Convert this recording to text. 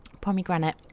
pomegranate